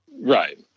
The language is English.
Right